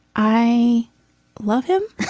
i love him